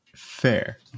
fair